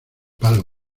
palo